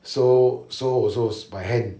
so sew also by hand